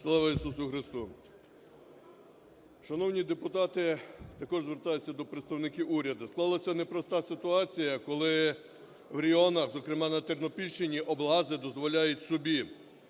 Слава Ісусу Христу! Шановні депутати, також звертаюся до представників уряду. Склалася непроста ситуація, коли в регіонах, зокрема на Тернопільщині, облгази дозволяють собі